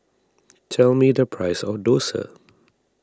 tell me the price of Dosa